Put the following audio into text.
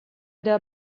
der